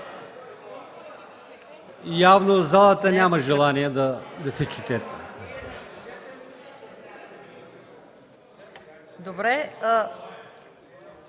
Явно залата няма желание да се чете.